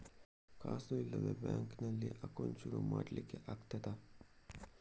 ಕಾಸು ಇಲ್ಲದ ಬ್ಯಾಂಕ್ ನಲ್ಲಿ ಅಕೌಂಟ್ ಶುರು ಮಾಡ್ಲಿಕ್ಕೆ ಆಗ್ತದಾ?